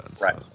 right